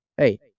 Hey